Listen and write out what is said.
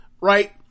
right